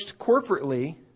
corporately